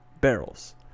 barrels